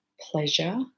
pleasure